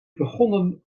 begonnen